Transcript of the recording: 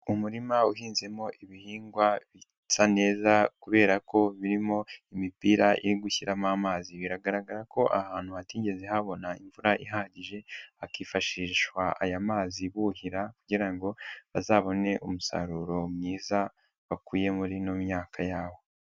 Umurima uhinzemo ibihingwa bisa neza kubera ko birimo imipira iri gushyiramo amazi, biragaragara ko ahantu hatigeze habona imvura ihagije, hafashishwa aya mazi buhira kugira ngo bazabone umusaruro mwiza bakuye muri ino myaka yabo.